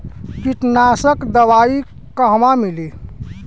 कीटनाशक दवाई कहवा मिली?